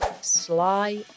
sly